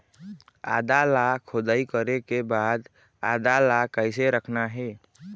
आदा ला खोदाई करे के बाद आदा ला कैसे रखना हे?